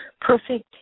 Perfect